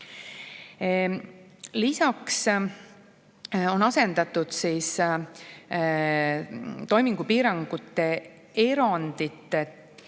Lisaks on asendatud toimingupiirangute erandite